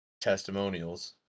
testimonials